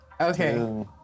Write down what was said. Okay